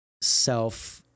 self